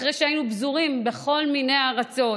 אחרי שהיינו פזורים בכל מיני ארצות,